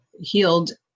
healed